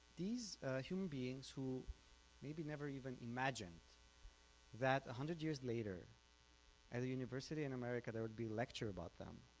these human beings who maybe never even imagined that a hundred years later at a university in america that would be lecture about them.